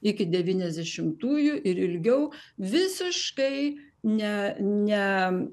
iki devyniasdešimtųjų ir ilgiau visiškai ne ne